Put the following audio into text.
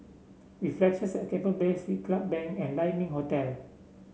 Reflections at Keppel Bay Siglap Bank and Lai Ming Hotel